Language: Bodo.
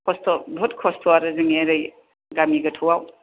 खस्थ' बहुथ खस्थ' आरो जोंनि एरै गामि गोथौआव